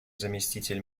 заместитель